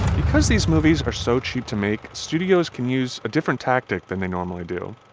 because these movies are so cheap to make, studios can use a different tactic than they normally do.